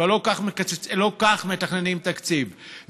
אבל לא כך מתכננים תקציב,